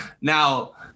Now